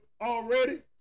already